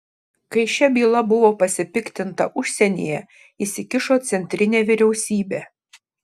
kai šia byla buvo pasipiktinta užsienyje įsikišo centrinė vyriausybė